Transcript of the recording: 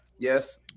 Yes